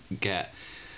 get